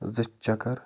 زٕ چَکَر